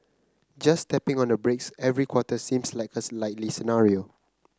just tapping on the brakes every quarter seems like a likely scenario